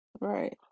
right